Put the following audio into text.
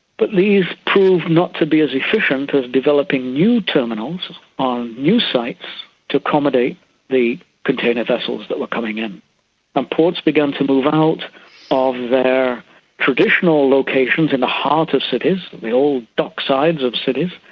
but these proved not to be as efficient as developing new terminals on new sites to accommodate the container vessels that were coming in. and ports began to move out of their traditional locations in the heart of cities, the old dock sides of cities,